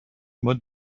mode